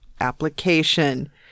application